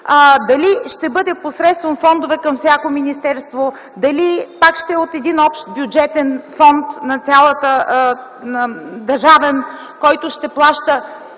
Дали ще бъде посредством фондове към всяко министерство, дали пак ще е от един общ бюджетен фонд – държавен, който ще плаща